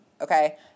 okay